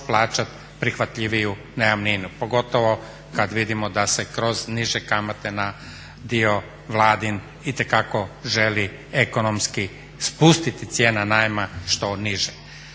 plaćati prihvatljiviju najamninu pogotovo kada vidimo da se kroz niže kamate na dio Vladin itekako želi ekonomski spustiti cijena najma što niže.